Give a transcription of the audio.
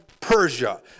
Persia